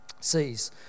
sees